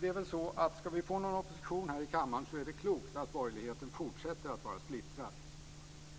Det är väl så att om vi ska få någon opposition här i kammaren så är det klokt att borgerligheten fortsätter att vara splittrad.